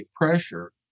pressure